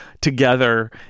together